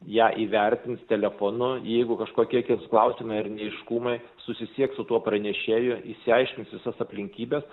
ją įvertins telefonu jeigu kažkokie kils klausimai ar neaiškumai susisieks su tuo pranešėju išsiaiškins visas aplinkybes